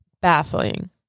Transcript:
baffling